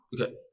Okay